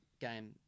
game